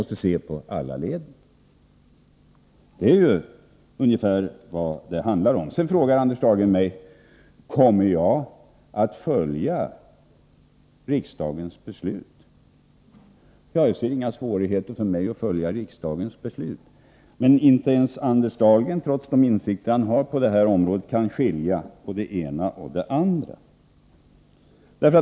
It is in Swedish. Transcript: Sedan frågar Anders Dahlgren mig om jag kommer att följa riksdagens beslut. Jag ser inga svårigheter för mig att följa riksdagens beslut. Men inte ens Anders Dahlgren, trots de insikter han har på det här området, kan skilja på det ena och det andra.